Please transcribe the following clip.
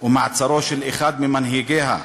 ומעצרו של אחד ממנהיגיה,